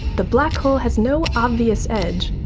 the black hole has no obvious edge,